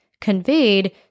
conveyed